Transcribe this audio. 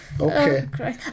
Okay